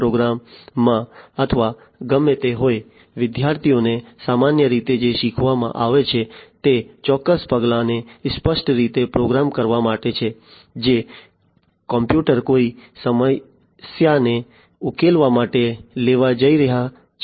tech પ્રોગ્રામમાં અથવા ગમે તે હોય વિદ્યાર્થીઓને સામાન્ય રીતે જે શીખવવામાં આવે છે તે ચોક્કસ પગલાંને સ્પષ્ટ રીતે પ્રોગ્રામ કરવા માટે છે જે કોમ્પ્યુટર કોઈ સમસ્યાને ઉકેલવા માટે લેવા જઈ રહ્યું છે